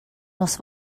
nos